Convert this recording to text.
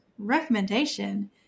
recommendation